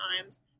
times